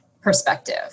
perspective